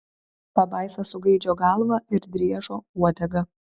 pabaisa su gaidžio galva ir driežo uodega